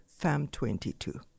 FAM22